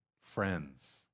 friends